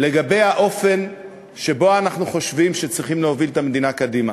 לגבי האופן שבו אנחנו חושבים שצריכים להוביל את המדינה קדימה.